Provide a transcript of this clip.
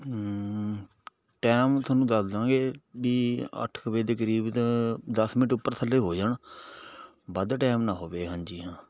time ਤੁਹਾਨੂੰ ਦੱਸ ਦਾਂਗੇ ਵੀ ਅੱਠ ਕੁ ਵਜੇ ਦੇ ਕਰੀਬ ਦਾ ਦਸ ਮਿੰਟ ਉੱਪਰ ਥੱਲੇ ਹੋ ਜਾਣ ਵੱਧ ਟਾਈਮ ਨਾ ਹੋਵੇ ਹਾਂਜੀ ਹਾਂ